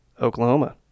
Oklahoma